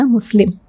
Muslim